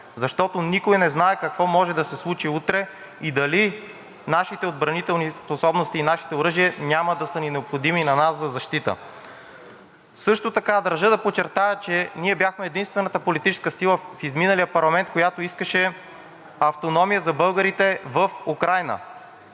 защото никой не знае какво може да се случи утре и дали нашите отбранителни способности и нашите оръжия няма да са ни необходими на нас за защита. Също така държа да подчертая, че ние бяхме единствената политическа сила в изминалия парламент, която искаше автономия за българите в Украйна.